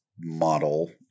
model